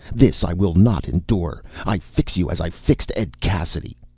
this i will not endure. i fix you as i fixed ed cassidy!